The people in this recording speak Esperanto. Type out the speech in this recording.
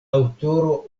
aŭtoro